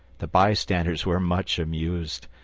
the bystanders were much amused,